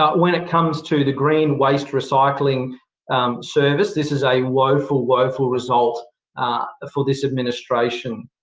when it comes to the green waste recycling service, this is a woeful, woeful result for this administration.